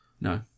No